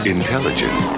Intelligent